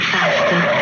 Faster